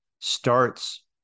starts